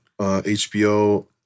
HBO